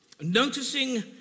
Noticing